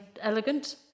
elegant